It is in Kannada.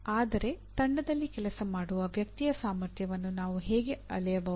ಆದರೆ ತಂಡದಲ್ಲಿ ಕೆಲಸ ಮಾಡುವ ವ್ಯಕ್ತಿಯ ಸಾಮರ್ಥ್ಯವನ್ನು ನಾವು ಹೇಗೆ ಅಳೆಯಬಹುದು